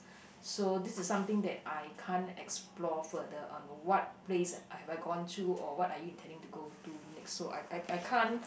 so this is something that I can't explore further on what place have I gone to or what are you intending to go to next so I I I can't